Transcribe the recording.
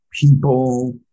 people